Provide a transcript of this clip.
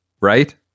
right